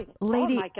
Lady